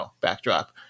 backdrop